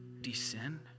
descend